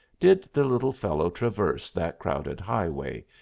did the little fellow traverse that crowded highway,